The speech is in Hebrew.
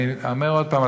אני אומר עוד פעם,